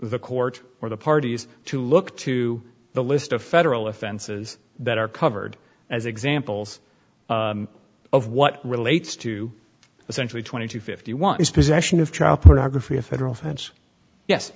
the court or the parties to look to the list of federal offenses that are covered as examples of what relates to essentially twenty two fifty one is possession of child pornography a federal